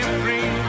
free